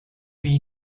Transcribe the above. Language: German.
wie